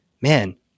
man